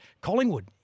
Collingwood